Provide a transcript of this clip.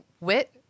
wit